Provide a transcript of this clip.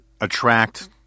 attract